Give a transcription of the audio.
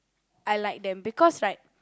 I like them because right